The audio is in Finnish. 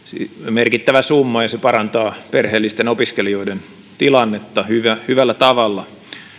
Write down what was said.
merkittävä summa ja se parantaa perheellisten opiskelijoiden tilannetta hyvällä tavalla